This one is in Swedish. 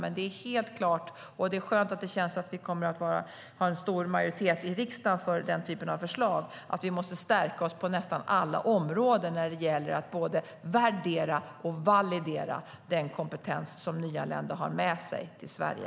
Men det är helt klart - och det känns skönt att vi kommer att ha en stor majoritet i riksdagen för den typen av förslag - att vi måste stärka oss på nästan alla områden när det gäller att både värdera och validera den kompetens som nyanlända har med sig till Sverige.